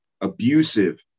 Abusive